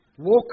Walk